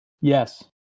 Yes